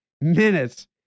minutes